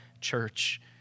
church